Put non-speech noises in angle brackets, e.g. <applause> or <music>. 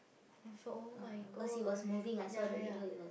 I saw !oh-my-gosh! <noise> ya ya <noise>